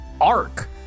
arc